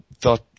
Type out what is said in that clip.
thought